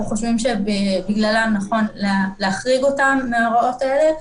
חושבים שבגללם נכון להחריג אותם מההוראות האלה.